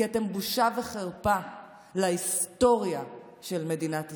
כי אתם בושה וחרפה להיסטוריה של מדינת ישראל.